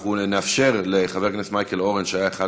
אנחנו נאפשר לחבר הכנסת מייקל אורן, שהיה אחד